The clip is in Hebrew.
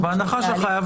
בהנחה שהחייב